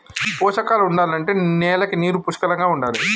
పోషకాలు ఉండాలంటే నేలకి నీరు పుష్కలంగా ఉండాలి